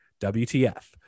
WTF